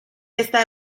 está